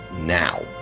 now